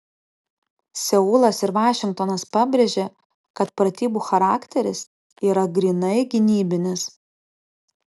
seulas ir vašingtonas pabrėžė kad pratybų charakteris yra grynai gynybinis